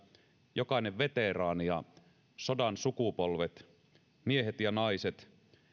jokainen veteraani ja sodan sukupolvet miehet ja naiset